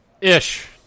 ish